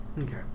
Okay